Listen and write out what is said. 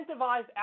incentivized